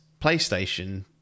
PlayStation